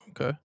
Okay